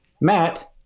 Matt